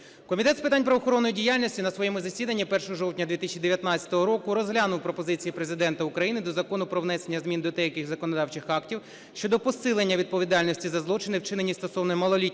Комітет з питань правоохоронної діяльності на своєму засідання 1 жовтня 2019 року розглянув пропозиції Президента України до Закону "Про внесення змін до деяких законодавчих актів щодо посилення відповідальності за злочини, вчинені стосовно малолітньої